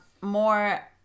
more